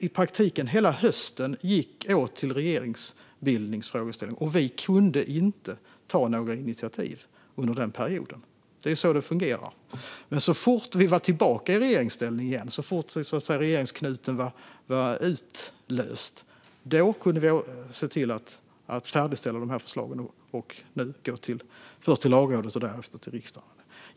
I praktiken gick hela hösten åt till regeringsbildningsfrågeställningen, och vi kunde inte ta några initiativ under denna period. Det är så det fungerar. Men så fort regeringsknuten var upplöst och vi var tillbaka i regeringsställning igen kunde vi se till att färdigställa förslagen, och nu kan vi gå först till Lagrådet och sedan till riksdagen.